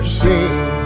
seen